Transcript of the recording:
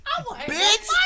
Bitch